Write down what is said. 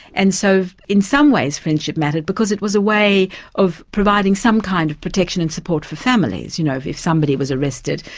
and so in some ways friendship matters because it was a way of providing some kind of protection and support for families. you know, if if somebody was arrested,